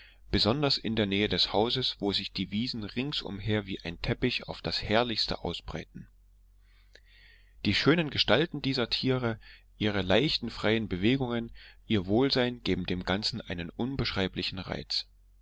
besonders in der nähe des hauses wo sich die wiesen rings umher wie ein teppich auf das herrlichste ausbreiten die schönen gestalten dieser tiere ihre leichten freien bewegungen ihr wohlsein geben dem ganzen einen unbeschreiblichen reiz